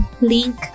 Link